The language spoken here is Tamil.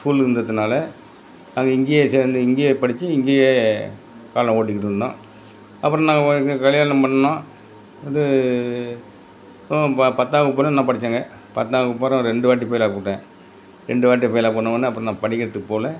ஸ்கூலு இருந்ததுனால் நாங்கள் இங்கேயே சேர்ந்து இங்கேயே படித்து இங்கேயே காலம் ஓட்டிகிட்டு இருந்தோம் அப்புறம் நாங்கள் வ இங்கே கல்யாணம் பண்ணிணோம் இது ப பத்தாம் வகுப்பு வர நான் படிச்சங்க பத்தாம் வகுப்பப்புறம் ரெண்டு வாட்டி ஃபெயில்லாக பூட்டேன் ரெண்டு வாட்டி ஃபெயிலாக போன உடன அப்புறம் நான் படிக்கிறதுக்கு போகல